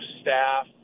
staff